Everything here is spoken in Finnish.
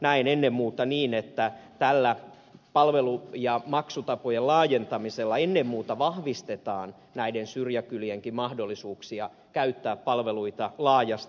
näen ennen muuta niin että tällä palvelu ja maksutapojen laajentamisella ennen muuta vahvistetaan näiden syrjäkylienkin mahdollisuuksia käyttää palveluita laajasti